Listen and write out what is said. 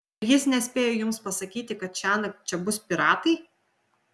ir jis nespėjo jums pasakyti kad šiąnakt čia bus piratai